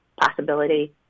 possibility